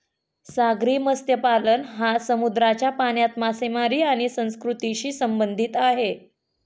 सागरी मत्स्यपालन हा समुद्राच्या पाण्यात मासेमारी आणि संस्कृतीशी संबंधित आहे